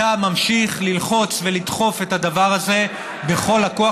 אתה ממשיך ללחוץ ולדחוף את הדבר הזה בכל הכוח,